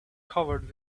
covered